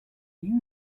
you